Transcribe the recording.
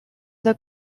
the